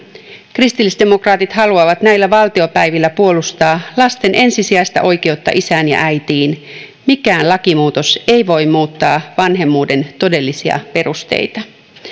kristillisdemokraatit haluavat näillä valtiopäivillä puolustaa lasten ensisijaista oikeutta isään ja äitiin mikään lakimuutos ei voi muuttaa vanhemmuuden todellisia perusteita